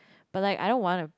but like I don't want